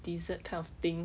dessert kind of thing